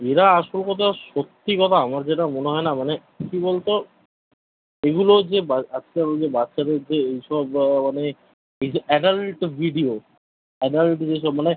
এরা আসল কথা সত্যি কথা আমার যেটা মনে হয় না মানে কী বল তো এগুলো যে বা আজকাল বাচ্চাদের যে এইসব মানে এই যে অ্যাডাল্ট ভিডিও অ্যাডাল্ট যেসব মানে